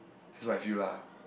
this what I feel lah